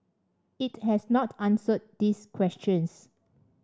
it has not answered these questions